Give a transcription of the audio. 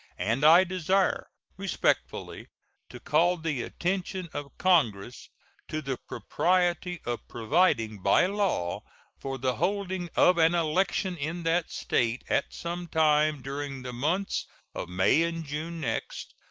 and i desire respectfully to call the attention of congress to the propriety of providing by law for the holding of an election in that state at some time during the months of may and june next,